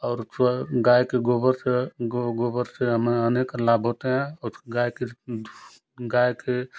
और जो है गाय के गोबर से गो गोबर से हमें अनेक लाभ होते हैं उसके गाय के